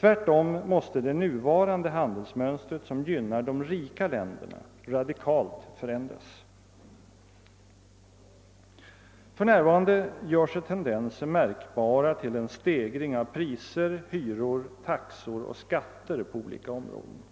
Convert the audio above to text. Tvärtom måste det nuvarande handelsmönstret, som gynnar de rika länderna, radikalt förändras. För närvarande gör sig tendenser märkbara till en stegring av priser, hyror, taxor och skatter på olika områden.